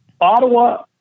Ottawa